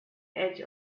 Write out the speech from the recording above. edge